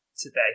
today